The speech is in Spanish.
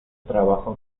trabajó